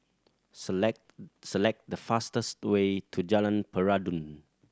select select the fastest way to Jalan Peradun